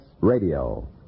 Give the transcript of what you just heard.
Radio